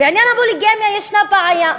בעניין הפוליגמיה ישנה בעיה.